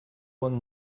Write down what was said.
one